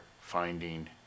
finding